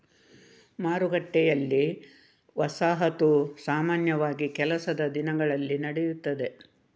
ಮಾರುಕಟ್ಟೆಯಲ್ಲಿ, ವಸಾಹತು ಸಾಮಾನ್ಯವಾಗಿ ಕೆಲಸದ ದಿನಗಳಲ್ಲಿ ನಡೆಯುತ್ತದೆ